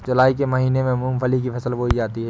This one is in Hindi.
जूलाई के महीने में मूंगफली की फसल बोई जाती है